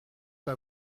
pas